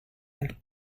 and